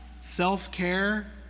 self-care